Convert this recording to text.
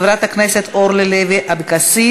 ותועבר לוועדת העבודה,